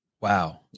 Wow